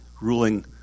ruling